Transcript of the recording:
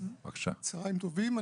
צהריים טובים.